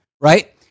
Right